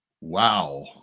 Wow